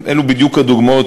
אלו בדיוק הדוגמאות,